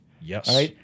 Yes